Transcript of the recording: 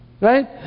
Right